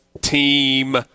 team